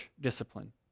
discipline